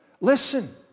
Listen